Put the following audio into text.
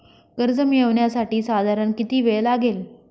कर्ज मिळविण्यासाठी साधारण किती वेळ लागेल?